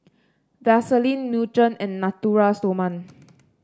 Vaselin Nutren and Natura Stoma